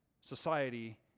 society